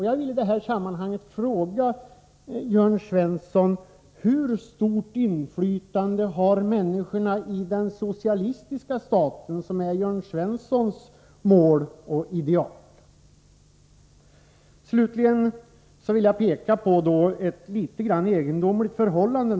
Jag vill i det här sammanhanget fråga Jörn Svensson hur stort inflytande människorna har i den socialistiska stat som är Jörn Svenssons mål och ideal. Slutligen vill jag peka på ett egendomligt förhållande.